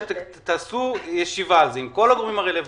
אני מבקש שתקיימו ישיבה על זה עם כל הגורמים הרלוונטיים